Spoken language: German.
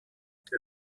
der